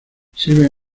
sirven